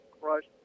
crushed